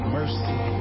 mercy